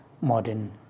modern